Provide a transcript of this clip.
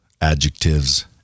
adjectives